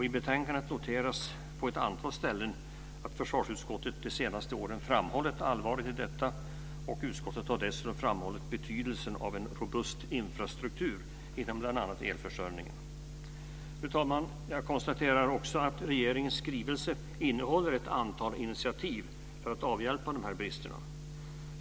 I betänkandet noteras på ett antal ställen att försvarsutskottet de senaste åren har framhållit allvaret i detta. Utskottet har dessutom framhållit betydelsen av en robust infrastruktur inom bl.a. elförsörjningen. Fru talman! Jag konstaterar också att regeringens skrivelse innehåller ett antal initiativ för att avhjälpa bristerna.